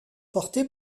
porté